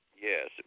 Yes